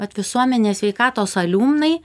vat visuomenės sveikatos aliumnai